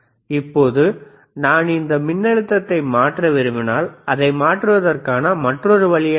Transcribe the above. இப்போது நான் இந்த மின்னழுத்தத்தை மாற்ற விரும்பினால் அதை மாற்றுவதற்கான மற்றொரு வழி என்ன